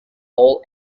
all